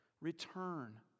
Return